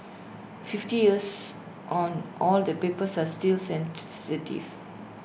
fifty years on all the papers are still sensitive